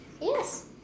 yes